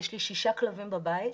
יש לי שישה כלבים בבית,